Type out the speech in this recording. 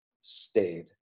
stayed